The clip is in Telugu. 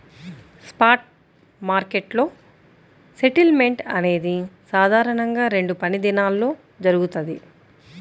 స్పాట్ మార్కెట్లో సెటిల్మెంట్ అనేది సాధారణంగా రెండు పనిదినాల్లో జరుగుతది,